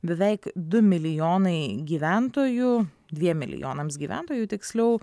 beveik du milijonai gyventojų dviem milijonams gyventojų tiksliau